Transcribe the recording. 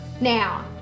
Now